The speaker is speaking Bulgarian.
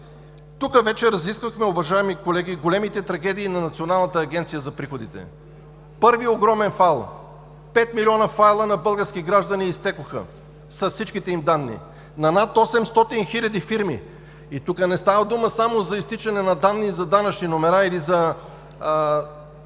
Тук вече разисквахме, уважаеми колеги, големите трагедии на Националната агенция за приходите. Първи огромен фал – пет милиона файлове на български граждани изтекоха с всичките им данни, на над 800 хиляди фирми – и тук не става дума само за изтичане на данни и за данъчни номера или за